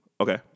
Okay